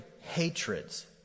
hatreds